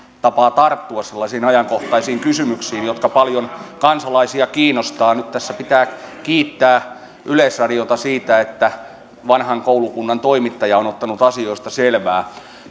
tapaa tarttua sellaisiin ajankohtaisiin kysymyksiin jotka paljon kansalaisia kiinnostavat nyt tässä pitää kiittää yleisradiota siitä että vanhan koulukunnan toimittaja on on ottanut asioista selvää